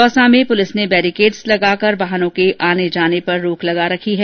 दौसा में पुलिस ने बरीकेडस लगा कर वाहनों के आने जाने पर रोक लगा रखी है